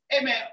amen